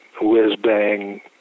whiz-bang